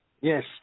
Yes